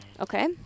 Okay